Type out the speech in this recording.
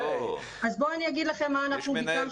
לגבי לוח